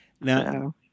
now